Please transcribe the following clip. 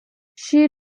she